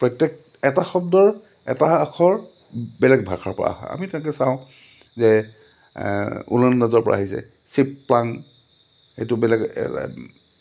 প্ৰত্যেক এটা শব্দৰ এটা আখৰ বেলেগ ভাষাৰপৰা আহা আমি তেনেকৈ চাওঁ যে পৰা আহিছে সেইটো বেলেগ